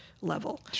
level